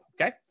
Okay